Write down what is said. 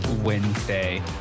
Wednesday